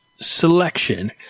selection